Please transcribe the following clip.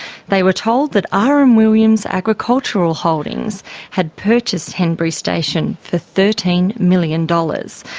they were told that r. m. williams agricultural holdings had purchased henbury station for thirteen million dollars,